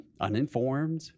uninformed